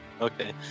Okay